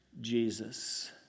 Jesus